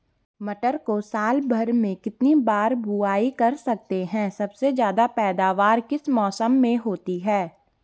मटर को साल भर में कितनी बार बुआई कर सकते हैं सबसे ज़्यादा पैदावार किस मौसम में होती है?